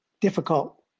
difficult